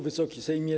Wysoki Sejmie!